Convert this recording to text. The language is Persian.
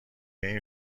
این